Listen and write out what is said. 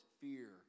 fear